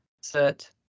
set